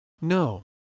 No